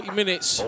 minutes